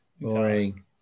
Boring